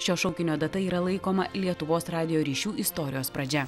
šio šaukinio data yra laikoma lietuvos radijo ryšių istorijos pradžia